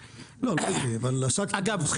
אגב,